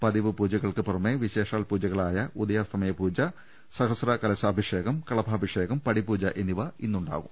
പതിവുപൂജകൾക്ക് പുറമെ വിശേഷാൽ പൂജക ട ളായ ഉദയാസ്തമന പൂജ സഹസ്ര കലശാഭിഷേകം കളഭാഭിഷേകം പടി പൂജ എന്നിവ ഇന്നുണ്ടാകും